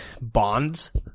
bonds